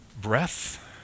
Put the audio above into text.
breath